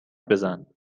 بزن